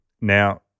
Now